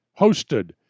hosted